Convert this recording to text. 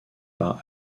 par